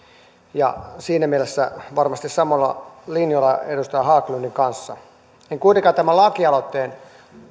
ja siinä mielessä olen varmasti samoilla linjoilla edustaja haglundin kanssa en kuitenkaan tämän lakialoitteen